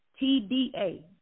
TDA